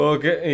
Okay